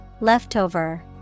Leftover